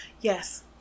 yes